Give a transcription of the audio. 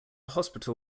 hospital